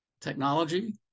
technology